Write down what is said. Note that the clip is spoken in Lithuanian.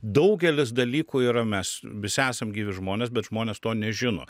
daugelis dalykų yra mes visi esam gyvi žmonės bet žmonės to nežino